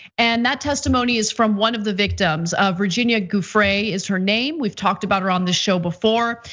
and that testimony is from one of the victims of virginia giuffre is her name. we've talked about her on the show before,